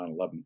9-11